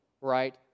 right